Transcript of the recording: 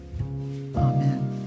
Amen